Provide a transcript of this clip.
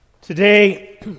Today